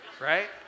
right